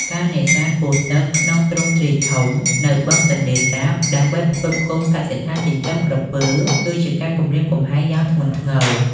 ការនេសាទពស់ទឹកក្នុងទ្រង់ទ្រាយធំនៅបឹងទន្លេសាប ដើម្បីផ្គត់ផ្គង់កសិដ្ឋានចិញ្ចឹមក្រពើ គឺជាការគំរាមកំហែងយ៉ាងធ្ងន់ធ្ងរ។